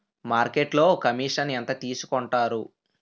మార్కెట్లో కమిషన్ ఎంత తీసుకొంటారు?